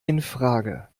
infrage